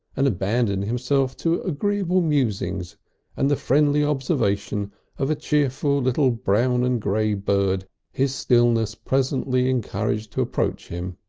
and abandoned himself to agreeable musings and the friendly observation of a cheerful little brown and grey bird his stillness presently encouraged to approach him.